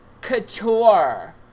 couture